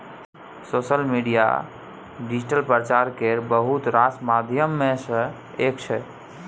social media digital प्रचार केर बहुत रास माध्यम मे सँ एक छै